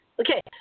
Okay